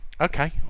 Okay